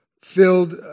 filled